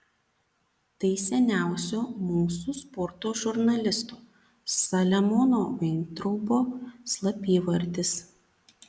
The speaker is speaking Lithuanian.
tai seniausio mūsų sporto žurnalisto saliamono vaintraubo slapyvardis